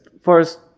first